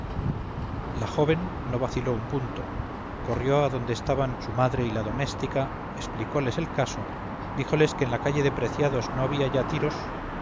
la joven no vaciló un punto corrió adonde estaban su madre y la doméstica explicoles el caso díjoles que en la calle de preciados no había ya tiros